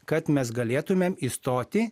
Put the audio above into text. kad mes galėtumėm įstoti